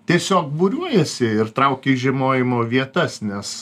tiesiog būriuojasi ir traukia į žiemojimo vietas nes